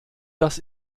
das